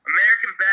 American